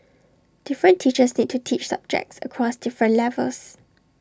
different teachers need to teach subjects across different levels